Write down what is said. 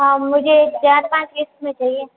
हाँ मुझे चार पाँच किस्त में चाहिए